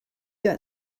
got